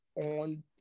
on